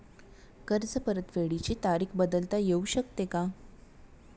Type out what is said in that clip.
कर्ज परतफेडीची तारीख बदलता येऊ शकते का?